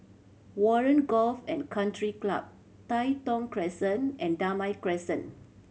Warren Golf and Country Club Tai Thong Crescent and Damai Crescent